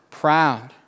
proud